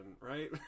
right